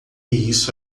isso